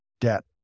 debt